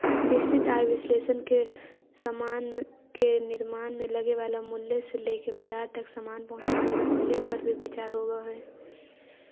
निश्चित आय विश्लेषण में समान के निर्माण में लगे वाला मूल्य से लेके बाजार तक समान पहुंचावे वाला मूल्य पर भी विचार होवऽ हई